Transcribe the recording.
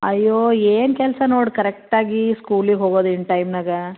ಅಯ್ಯೋ ಏನು ಕೆಲಸ ನೋಡಿ ಕರೆಕ್ಟಾಗಿ ಸ್ಕೂಲಿಗೆ ಹೋಗೋದು ಇನ್ ಟೈಮ್ನಾಗ